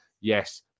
Yes